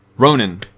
Ronan